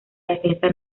defensa